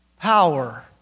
power